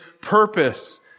purpose